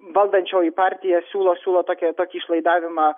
valdančioji partija siūlo siūlo tokią tokį išlaidavimą